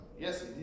Yes